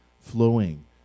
flowing